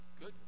Good